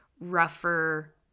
rougher